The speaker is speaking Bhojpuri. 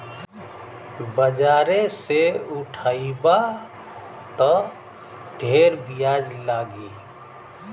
बाजारे से उठइबा त ढेर बियाज लगी